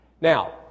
Now